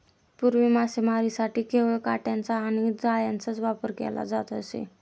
पूर्वी मासेमारीसाठी केवळ काटयांचा आणि जाळ्यांचाच वापर केला जात असे